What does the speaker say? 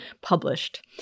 published